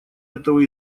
этого